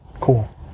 cool